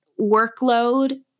workload